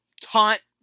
taunt